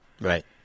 Right